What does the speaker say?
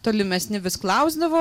tolimesni vis klausdavo